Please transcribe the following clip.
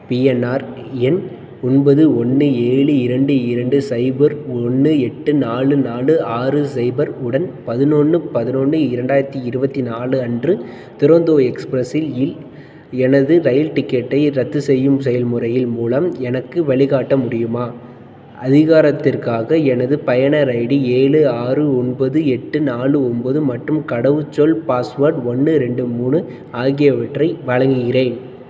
PNR எண் ஒன்பது ஒன்று ஏழு இரண்டு இரண்டு சைபர் ஒன்று எட்டு நாலு நாலு ஆறு சைபர் உடன் பதினொன்னு பதினொன்னு இரண்டாயிரத்தி இருபத்தி நாலு அன்று துரந்தோ எக்ஸ்பிரஸ் இல் எனது இரயில் டிக்கெட்டையை ரத்துசெய்யும் செயல்முறையின் மூலம் எனக்கு வழிகாட்ட முடியுமா அதிகாரத்திற்காக எனது பயனர் ஐடி ஏழு ஆறு ஒன்பது எட்டு நாலு ஒம்பது மற்றும் கடவுச்சொல் பாஸ்வேர்ட் ஒன்று ரெண்டு மூணு ஆகியவற்றை வழங்குகிறேன்